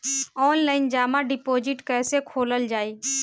Online जमा deposit कैसे खोलल जाइ?